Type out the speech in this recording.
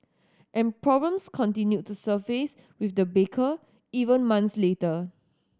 and problems continued to surface with the baker even months later